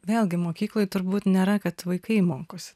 vėlgi mokykloj turbūt nėra kad vaikai mokosi